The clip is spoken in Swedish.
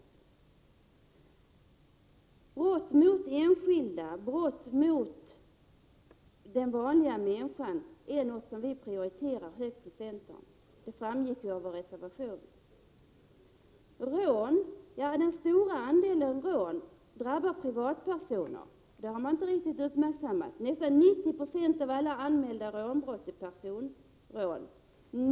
Förebyggande av brott mot den enskilda, vanliga människan är något som vi prioriterar högt i centern. Det framgår också av vår reservation. Den stora andelen rån drabbar privatpersoner. Det har man inte riktigt uppmärksammat. Nästan 90 96 av alla anmälda rånbrott är personrån.